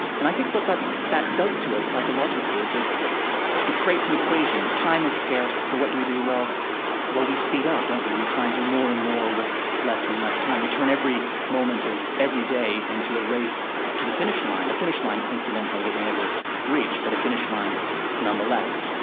and i think but what that does to us psychologically is it it creates an equation. time is scarce, so what do we do? well well, we speed up, don't we? we try and do more and more with less and less time. we turn every moment of every day into a race to the finish line a finish line, incidentally, that we never reach, but a finish line nonetheless.